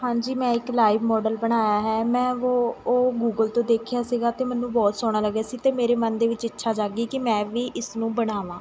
ਹਾਂਜੀ ਮੈਂ ਇੱਕ ਲਾਈਵ ਮੋਡਲ ਬਣਾਇਆ ਹੈ ਮੈਂ ਵੋ ਉਹ ਗੂਗਲ ਤੋਂ ਦੇਖਿਆ ਸੀਗਾ ਅਤੇ ਮੈਨੂੰ ਬਹੁਤ ਸੋਹਣਾ ਲੱਗਿਆ ਸੀ ਅਤੇ ਮੇਰੇ ਮਨ ਦੇ ਵਿੱਚ ਇੱਛਾ ਜਾਗੀ ਕਿ ਮੈਂ ਵੀ ਇਸਨੂੰ ਬਣਾਵਾਂ